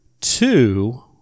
Two